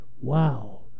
Wow